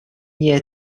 year